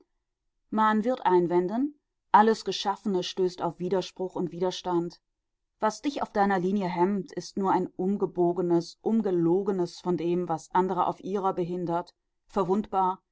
man wird einwenden alles geschaffene stößt auf widerspruch und widerstand was dich auf deiner linie hemmt ist nur ein umgebogenes umgelogenes von dem was andere auf ihrer behindert verwundbar